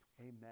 Amen